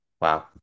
Wow